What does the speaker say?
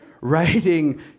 writing